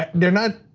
they're not,